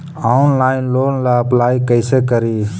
Online loan ला apply कैसे करी?